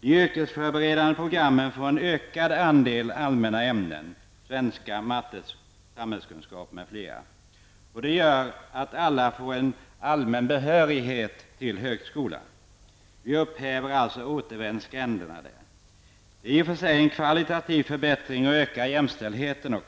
De yrkesförberedande programmen får en ökad andel allmänna ämnen, dvs. svenska, matematik, samhällskunskap m.fl. Det gör att alla får en allmän behörighet till högskolan. Vi upphäver alltså återvändsgränderna inom gymnasieskolan. Det är i sig en kvalitativ förbättring, och det ökar också jämställdheten.